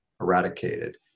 eradicated